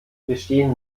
bestehen